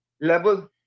level